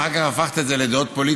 ואחר כך הפכת את זה לדעות פוליטיות,